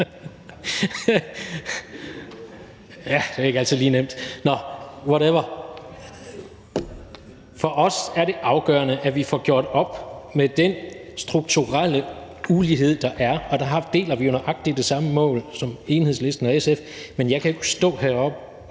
Ja, det er ikke altid lige nemt. Nå, whatever. For os er det afgørende, at vi får gjort op med den strukturelle ulighed, der er. Der deler vi jo nøjagtig det samme mål som Enhedslisten og SF. Men jeg kan jo ikke stå heroppe